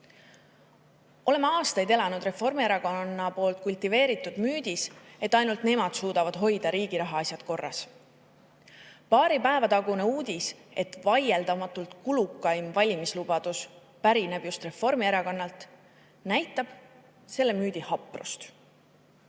aastaid elanud Reformierakonna kultiveeritud müüdis, et ainult nemad suudavad riigi rahaasjad korras hoida. Paari päeva tagune uudis, et vaieldamatult kulukaim valimislubadus pärineb just Reformierakonnalt, näitab selle müüdi haprust.